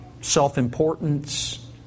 self-importance